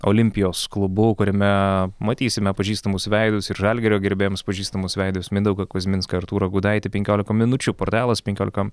olimpijos klubu kuriame matysime pažįstamus veidus ir žalgirio gerbėjams pažįstamus veidus mindaugą kuzminską artūrą gudaitį penkiolika minučių portalas penkiolika